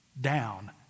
down